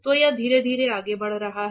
तो यह धीरे धीरे आगे बढ़ रहा है